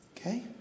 Okay